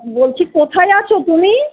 বলছি কোথায় আছো তুমি